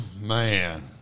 Man